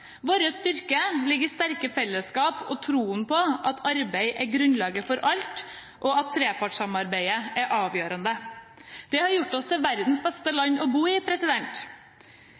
Vår styrke ligger i sterke fellesskap og troen på at arbeid er grunnlaget for alt, og at trepartssamarbeidet er avgjørende. Det har gjort oss til verdens beste land å bo i.